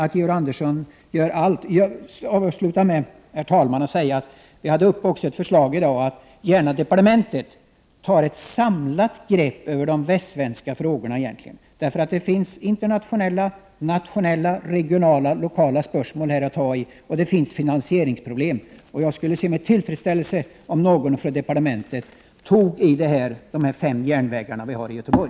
Avslutningsvis vill jag säga att vi också hade uppe till diskussion i dag ett förslag om att departementet skulle ta ett samlat grepp över de västsvenska trafikfrågorna, eftersom det finns internationella, nationella, regionala och lokala spörsmål att ta itu med. Det finns även finansieringsproblem. Jag skulle se med tillfredsställelse om någon från departementet tog itu med de fem järnvägslinjerna vi har i Göteborg.